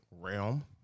realm